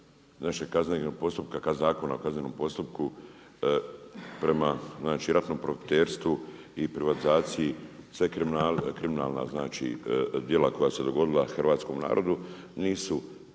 našeg kaznenog postupka, ka Zakonu o kaznenom postupku prema ratnom profiterstvu i privatizaciji sve kriminalna djela koja su se dogodila hrvatskome narodu nisu